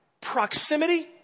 Proximity